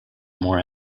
more